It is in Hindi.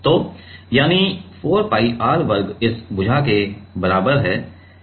तो यानी 4 pi r वर्ग इस भुजा के बराबर है